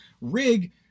rig